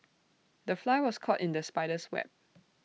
the fly was caught in the spider's web